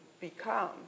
become